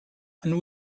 and